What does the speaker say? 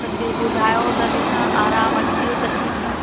तॾहिं ॿुधायो त ॾिसां आराम अची वियो त ठीकु आहे